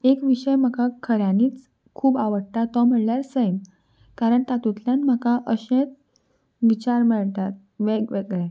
एक विशय म्हाका खऱ्यांनीच खूब आवडटा तो म्हणल्यार सैम कारण तातूंतल्यान म्हाका अशेंच विचार मेळटात वेग वेगळे